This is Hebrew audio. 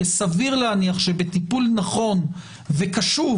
כי סביר להניח שבטיפול נכון וקשוב,